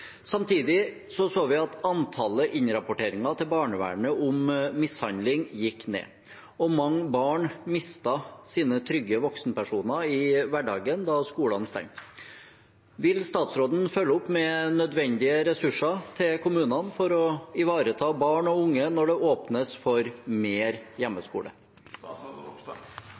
Samtidig så vi at antallet innrapporteringer til Barnevernet om mishandling gikk ned, og mange barn mistet sine trygge voksenpersoner i hverdagen da skolen stengte. Vil statsråden følge opp med nødvendige ressurser til kommunene for å ivareta barn og unge når det åpnes for mer